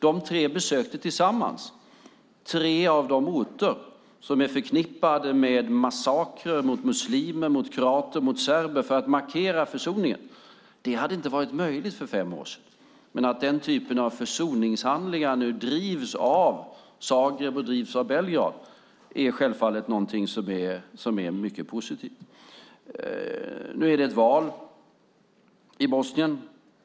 De tre besökte tillsammans tre av de orter som är förknippade med massakrer mot muslimer, kroater och serber för att markera försoningen. Det hade inte varit möjligt för fem år sedan. Att den typen av försoningshandlingar nu drivs av Zagreb och av Belgrad är självfallet mycket positivt. Nu är det val i Bosnien.